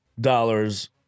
dollars